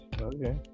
Okay